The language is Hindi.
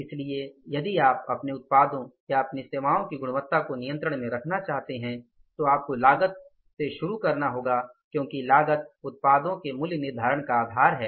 इसलिए यदि आप अपने उत्पादों या अपनी सेवाओं की गुणवत्ता को नियंत्रण में रखना चाहते हैं तो आपको लागत से शुरू करना होगा क्योंकि लागत उत्पादों के मूल्य निर्धारण का आधार है